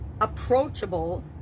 approachable